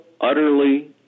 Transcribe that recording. utterly